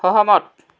সহমত